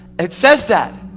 it says that.